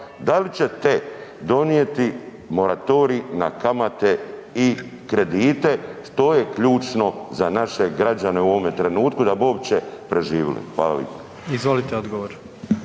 da li ćete donijeti moratorij na kamate i kredite? To je ključno za naše građane u ovome trenutku da bi uopće preživili. Hvala lipo.